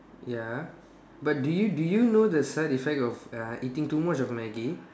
ya but do you do you know the side effects uh of eating too much of Maggi